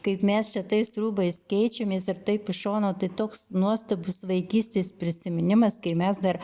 kaip mes čia tais rūbais keičiamės ir taip iš šono tai toks nuostabus vaikystės prisiminimas kai mes dar